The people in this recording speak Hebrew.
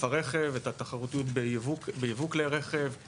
הרכב: את התחרותיות ביבוא כלי הרכב;